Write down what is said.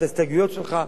את ההסתייגויות שלך,